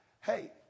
Hey